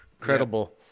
credible